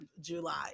July